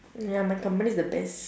ya my company is the best